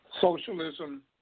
Socialism